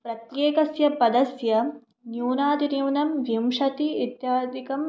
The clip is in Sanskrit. प्रत्येकस्य पदस्य न्यूनातिन्यूनं विंशतिः इत्यादिकम्